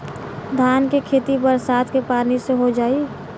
धान के खेती बरसात के पानी से हो जाई?